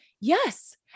Yes